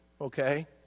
okay